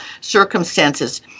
circumstances